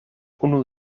unu